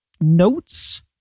notes